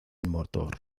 motor